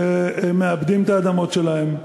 שמעבדים את האדמות שלהם,